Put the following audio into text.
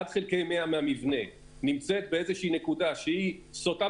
1:100 מהמבנה נמצאת באיזו שהיא נקודה שהיא סוטה